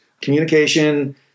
communication